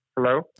Hello